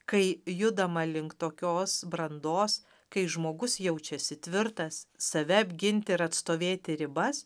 kai judama link tokios brandos kai žmogus jaučiasi tvirtas save apginti ir atstovėti ribas